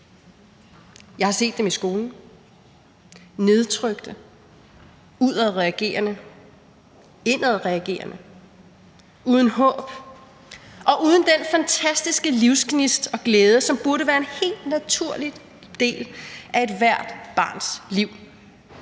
Jeg har set dem i skolen – nedtrykte, udadreagerende, indadreagerende, uden håb og uden den fantastiske livsgnist og glæde, som burde være en helt naturlig del af ethvert barns liv.